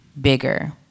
bigger